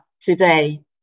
today